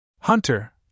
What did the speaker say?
Hunter